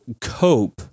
cope